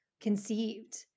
conceived